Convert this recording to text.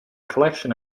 collection